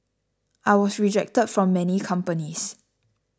I was rejected from many companies